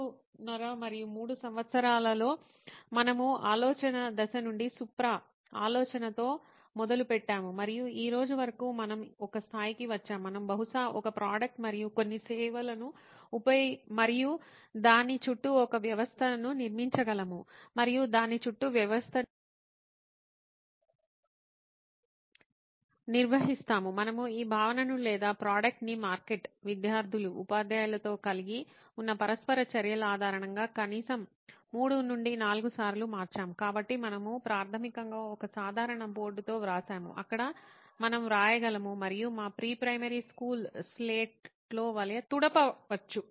5 మరియు 3 సంవత్సరాల్లో మనము ఆలోచన దశ నుండి సుప్రా ఆలోచనతో మొదలుపెట్టాము మరియు ఈ రోజు వరకు మనం ఒక స్థాయికి వచ్చాము మనం బహుశా ఒక ప్రోడక్ట్ మరియు కొన్ని సేవలను మరియు దాని చుట్టూ ఒక వ్యవస్థను నిర్మించగలము మరియు దాని చుట్టూ వ్యవస్థను నిర్వహిస్తాము మనము ఈ భావనను లేదా ప్రోడక్ట్ ని మార్కెట్ విద్యార్థులు ఉపాధ్యాయులతో కలిగి ఉన్న పరస్పర చర్యల ఆధారంగా కనీసం 3 నుండి 4 సార్లు మార్చాము కాబట్టి మనము ప్రాథమికంగా ఒక సాధారణ బోర్డుతో వ్రాసాము అక్కడ మనం వ్రాయగలము మరియు మా ప్రీ ప్రైమరీ స్కూల్ స్లేట్లో వలె తుడపవచ్చు